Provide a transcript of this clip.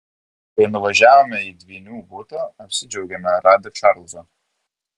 kai nuvažiavome į dvynių butą apsidžiaugėme radę čarlzą